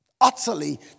utterly